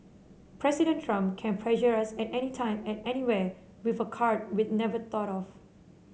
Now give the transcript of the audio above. President Trump can pressure us at anytime at anywhere with a card we'd never thought of